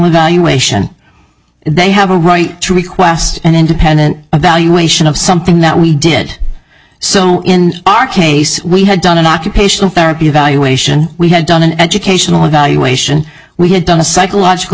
evaluation they have a right to request an independent evaluation of something that we did so in our case we had done an occupational therapy evaluation we had done an educational evaluation we had done a psychological